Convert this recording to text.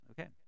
Okay